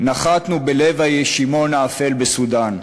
נחתנו בלב הישימון האפל בסודאן.